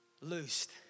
Loosed